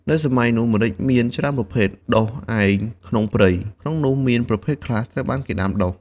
នៅសម័យនោះម្រេចមានច្រើនប្រភេទ ដុះឯងក្នុងព្រៃ ក្នុងនោះមានប្រភេទខ្លះត្រូវបានគេដាំដុះ។